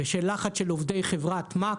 בשל לחץ של עובדי חברת "max",